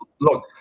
Look